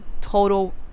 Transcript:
total